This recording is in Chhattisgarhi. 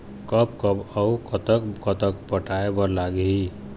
कब कब अऊ कतक कतक पटाए बर लगही